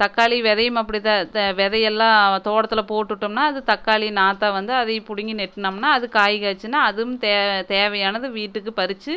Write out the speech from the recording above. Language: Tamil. தக்காளி விதையும் அப்படிதான் க விதையெல்லாம் தோட்டத்தில் போட்டுட்டோம்னால் அது தக்காளி நாற்றை வந்து அதையே பிடுங்கி நட்னோம்னா அதுவும் காய் காய்ச்சிச்சினால் அதுவும் தே தேவையானது வீட்டுக்கு பறித்து